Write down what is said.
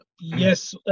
Yes